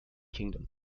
kingdom